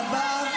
תודה רבה.